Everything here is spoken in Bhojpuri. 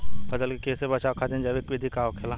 फसल के कियेसे बचाव खातिन जैविक विधि का होखेला?